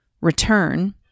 return